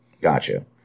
Gotcha